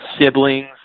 siblings